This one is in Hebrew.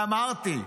ואמרתי,